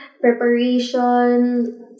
preparation